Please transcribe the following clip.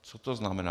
Co to znamená?